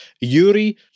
Yuri